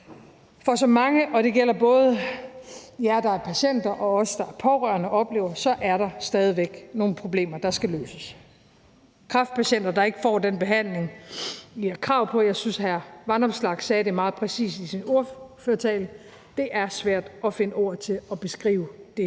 For som mange oplever – det gælder både jer, der er patienter, og os, der er pårørende – er der stadig væk nogle problemer, der skal løses. Der er kræftpatienter, som ikke får den behandling, de har krav på. Jeg synes, hr. Alex Vanopslagh sagde det meget præcist i sin ordførertale. Det er svært at finde ord til at beskrive det